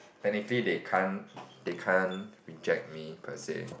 technically they can't they can't reject me per se